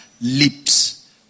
lips